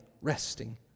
resting